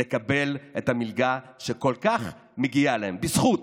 לקבל את המלגה שכל כך מגיעה להם בזכות,